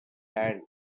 hand